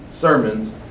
sermons